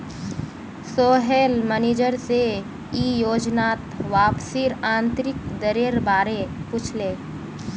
Sohail manager से ई योजनात वापसीर आंतरिक दरेर बारे पुछले